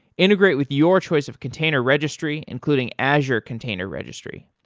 integrate with your choice of container registry, including azure container registry.